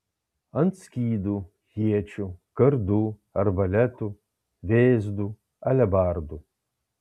ant skydų iečių kardų arbaletų vėzdų alebardų